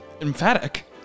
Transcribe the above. emphatic